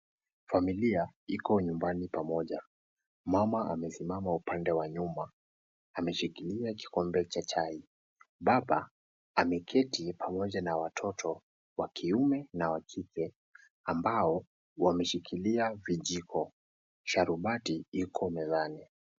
Familia iko nyumbani pamoja, mama amesimama upande wa nyuma ameshikilia kikombe cha chai, baba ameketi pamoja na watoto wa kiume na wa kike ambao wameshikilia vijiko, sharubati iko mezani.